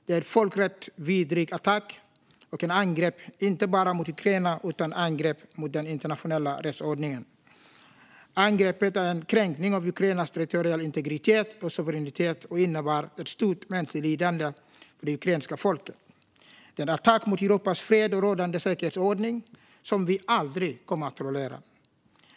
Det är en folkrättsvidrig attack och ett angrepp inte bara mot Ukraina utan mot den internationella rättsordningen. Angreppet är en kränkning av Ukrainas territoriella integritet och suveränitet och innebär ett stort mänskligt lidande för det ukrainska folket. Det är en attack mot Europas fred och rådande säkerhetsordning som vi aldrig kommer att tolerera.